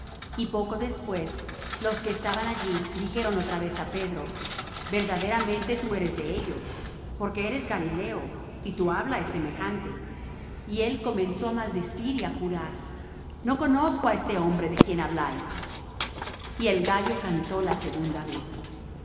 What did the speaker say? y poco después los que estaban allí dijeron otra vez á pedro verdaderamente tú eres de ellos porque eres galileo y tu habla es semejante y él comenzó á maldecir y á jurar no conozco á este hombre de quien habláis y el gallo cantó la segunda vez